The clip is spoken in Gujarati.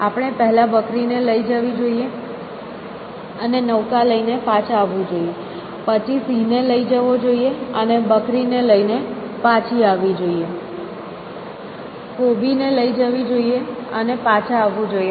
આપણે પહેલા બકરી ને લઈ જવી જોઈએ અને નૌકા લઈને પાછા આવવું જોઈએ પછી સિંહને લઈ જવો જોઈએ અને બકરી ને પાછી લાવવી જોઈએ કોબી ને લઈ જવી જોઈએ અને પાછા આવવું જોઈએ